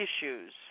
issues